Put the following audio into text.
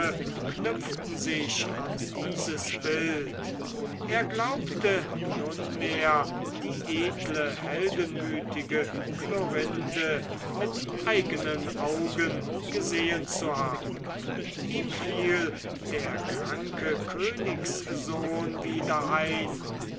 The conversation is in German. knüpften sich an dieses bild er glaubte nunmehr die edle heldenmütige chlorinde mit eignen augen gesehen zu haben ihm fiel der kranke königssohn wieder ein